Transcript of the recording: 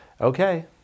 okay